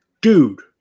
dude